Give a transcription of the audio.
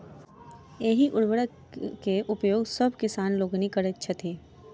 एहि उर्वरक के उपयोग सभ किसान लोकनि करैत छथि